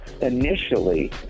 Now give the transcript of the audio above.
Initially